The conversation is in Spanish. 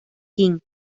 qin